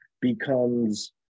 becomes